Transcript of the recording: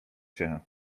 się